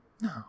No